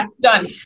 Done